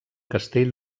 castell